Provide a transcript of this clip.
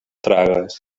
tragues